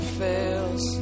fails